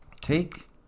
take